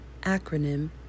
Acronym